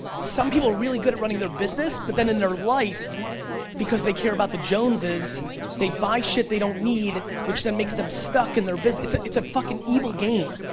some people are really good at running their business, but then in their life because they care about the jones's they buy shit they don't need which then makes them stuck in their business, it's it's a fucking evil game.